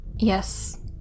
Yes